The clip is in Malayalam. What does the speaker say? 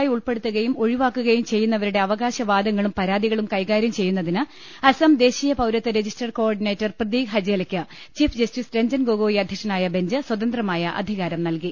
യി ഉൾപ്പെടുത്തുകയും ഒഴിവാക്കുകയും ചെയ്യുന്നവരുടെ അവകാശവാദങ്ങളും പരാതി കളും കൈകാര്യം ചെയ്യുന്നതിന് അസം ദേശീയ പൌരത്വ രജി സ്റ്റർ കോഓർഡിനേറ്റർ പ്രദീക് ഹജേലക്ക് ചീഫ് ജസ്റ്റിസ് രഞ്ജൻ ഗൊഗോയി അധ്യക്ഷനായ ബെഞ്ച് സ്വതന്ത്രമായ അധികാരം നൽകി